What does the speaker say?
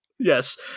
Yes